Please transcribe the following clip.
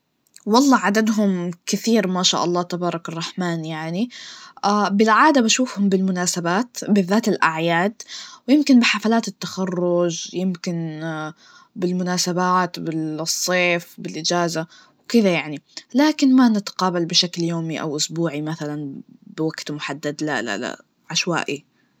والله عددهم كثير ما شاء الله تبارك الرحمن يعني, بالعادة بشوفهم بالمناسبات, بالذات الأعياد, ويمكن بحفلات التخرج, يمكن بالمناسبات, بالصيف, بالإجازة, وكده يعني, لكن ما نتقابل بشكل يومي أو أسبوعي مثلاً بوجت محدد, لا لا ل, عشوائي.